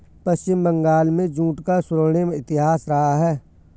पश्चिम बंगाल में जूट का स्वर्णिम इतिहास रहा है